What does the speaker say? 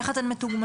איך אתן מתוגמלות?